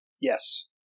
Yes